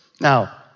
Now